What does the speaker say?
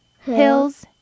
hills